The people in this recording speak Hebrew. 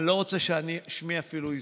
אני לא רוצה אפילו ששמי ייזכר.